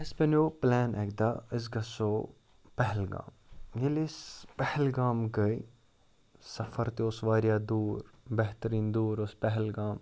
اَسہِ بَنیو پٕلین اَکہِ دۄہ أسۍ گَژھو پہلگام ییٚلہِ أسۍ پہلگام گٔے سفَر تہِ اوس واریاہ دوٗر بہتریٖن دوٗر اوس پہلگام